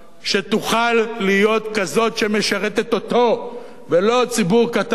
שתוכל להיות כזאת שמשרתת אותו, ולא ציבור קטן.